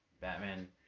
Batman